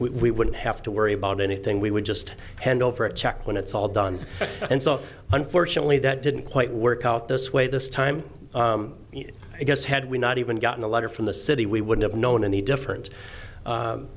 we wouldn't have to worry about anything we would just hand over a check when it's all done and so unfortunately that didn't quite work out this way this time i guess had we not even gotten a letter from the city we would have known any different